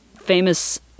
famous